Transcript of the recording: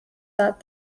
that